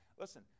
Listen